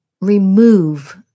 remove